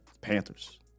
Panthers